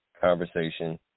conversation